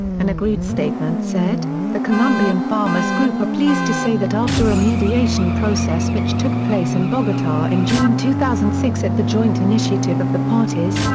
an agreed statement said the colombian farmers group are pleased to say that after a mediation process which took place in bogota in june two thousand and six at the joint initiative of the parties,